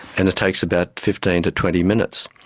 and it takes about fifteen to twenty minutes.